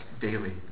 daily